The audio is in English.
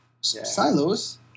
Silos